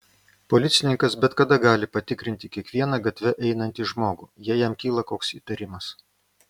policininkas bet kada gali patikrinti kiekvieną gatve einantį žmogų jei jam kyla koks įtarimas